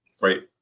right